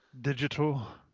Digital